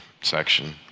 section